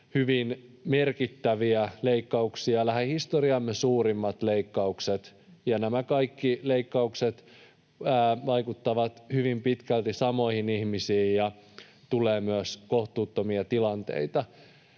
hyvin merkittäviä leikkauksia, lähihistoriamme suurimmat leikkaukset. Nämä kaikki leikkaukset vaikuttavat hyvin pitkälti samoihin ihmisiin, ja tulee myös kohtuuttomia tilanteita.